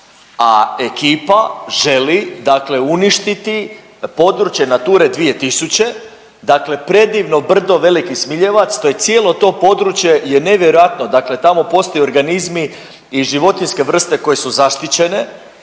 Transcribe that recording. a ekipa želi, dakle uništiti područje Nature 2000, dakle predivno brdo, Veliki Smiljevac. To je cijelo to područje, je nevjerojatno. Dakle, tamo postoje organizmi i životinjske vrste koje su zaštićene